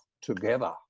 together